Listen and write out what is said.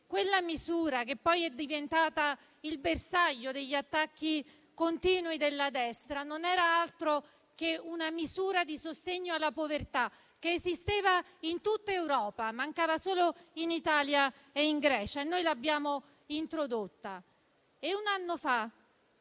quella che poi è diventata il bersaglio degli attacchi continui della destra non era altro che una misura di sostegno alla povertà, che esisteva in tutta Europa; mancava solo in Italia e in Grecia e noi l'abbiamo introdotta. Un anno fa